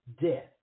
death